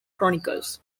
chronicles